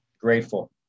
Grateful